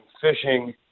fishing